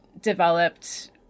developed